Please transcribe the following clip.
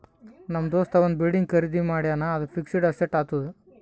ನಮ್ ದೋಸ್ತ ಒಂದ್ ಬಿಲ್ಡಿಂಗ್ ಖರ್ದಿ ಮಾಡ್ಯಾನ್ ಅದು ಫಿಕ್ಸಡ್ ಅಸೆಟ್ ಆತ್ತುದ್